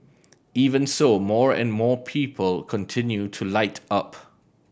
even so more and more people continue to light up